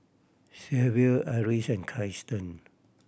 Xzavier Ardis and